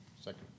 second